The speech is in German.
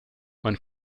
man